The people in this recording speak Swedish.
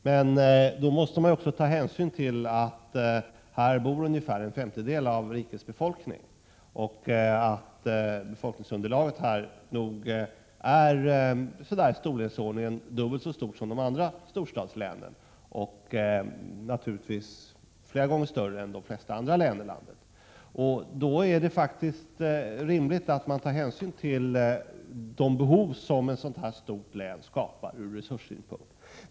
Men man måste också ta hänsyn till att här bor ungefär en femtedel av rikets befolkning, och befolkningsunderlaget här är nog ungefär dubbelt så stort som i de andra storstadslänen och naturligtvis flera gånger större än i de flesta andra län i landet. Då är det faktiskt rimligt att ta hänsyn till de resursbehov som skapas i ett så stort län.